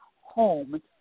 home